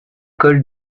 col